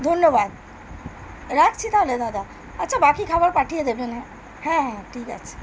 ধন্যবাদ রাখছি তাহলে দাদা আচ্ছা বাকি খাবার পাঠিয়ে দেবেন হ্যাঁ হ্যাঁ হ্যাঁ ঠিক আছে